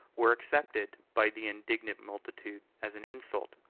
were accepted by the indignant multitude as an insult,